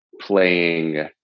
playing